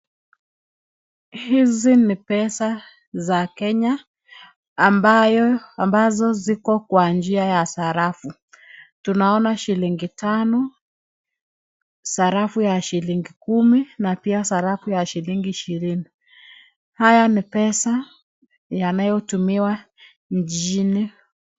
Hizi ni pesa za Kenya ambayo ambazo ziko kwa njia ya sarafu. Tunaona shilingi tano, sarafu ya shilingi kumi na pia sarafu ya shilingi ishirini. Haya ni pesa yanayotumiwa mjini.